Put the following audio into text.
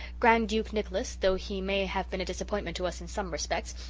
grand duke nicholas, though he may have been a disappointment to us in some respects,